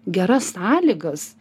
geras sąlygas